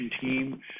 team